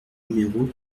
numéro